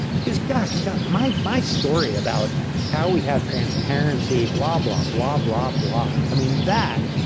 because gosh, got my my story about how we have transparency, blah, blah, blah, blah, blah. i mean, that,